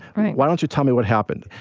why don't you tell me what happened?